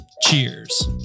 Cheers